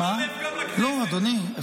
לא, אדוני.